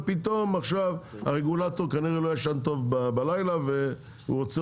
ופתאום עכשיו הרגולטור כנראה לא ישן טוב בלילה והוא רוצה